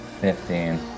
fifteen